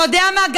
אתה יודע מה?